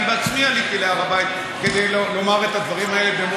אני עצמי עליתי להר הבית במו-רגלי כדי לומר את הדברים האלה.